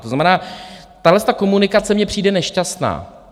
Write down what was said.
To znamená, tahleta komunikace mně přijde nešťastná.